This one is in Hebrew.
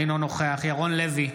אינו נוכח ירון לוי,